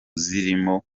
zirimo